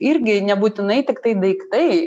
irgi nebūtinai tiktai daiktai